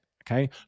okay